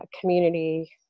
community